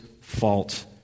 fault